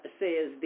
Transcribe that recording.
says